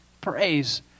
Praise